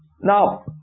Now